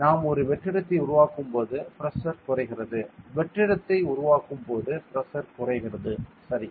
நாம் ஒரு வெற்றிடத்தை உருவாக்கும் போது பிரஷர் குறைகிறது வெற்றிடத்தை உருவாக்கும் போது பிரஷர் குறைகிறது சரி